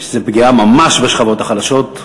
שזו פגיעה ממש בשכבות החלשות.